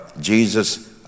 Jesus